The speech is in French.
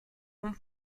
rond